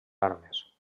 armes